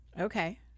okay